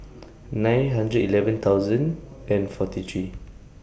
nine hundred eleven thousand and forty three